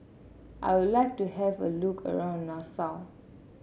I would like to have a look around Nassau